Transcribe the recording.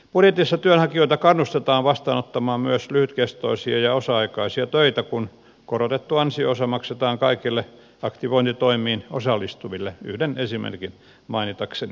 budjetissa työnhakijoita kannustetaan vastaanottamaan myös lyhytkestoisia ja osa aikaisia töitä kun korotettu ansio osa maksetaan kaikille aktivointitoimiin osallistuville yhden esimerkin mainitakseni